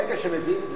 ברגע שמביאים,